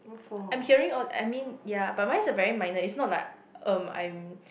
I'm hearing all I mean ya but mine are very minor it's not like um I'm